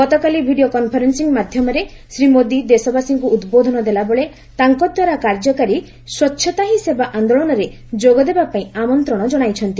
ଗତକାଲି video conferencing ମାଧ୍ୟମରେ ଶ୍ରୀ ମୋଦି ଦେଶବାସୀଙ୍କ ଉଦ୍ବୋଧନ ଦେଲାବେଳେ ତାଙ୍କଦ୍ୱାରା କାର୍ଯ୍ୟକାରୀ ସ୍ୱଚ୍ଛତା ହି ସେବା ଆନ୍ଦୋଳନରେ ଯୋଗଦେବାପାଇଁ ଆମନ୍ତ୍ରଣ ଜଣାଇଛନ୍ତି